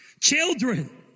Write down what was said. children